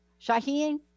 Shaheen